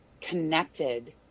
connected